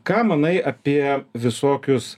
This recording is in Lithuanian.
ką manai apie visokius